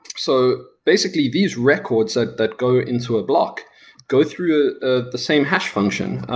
so basically, these records ah that go into a block go through ah ah the same hash function.